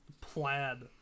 plaid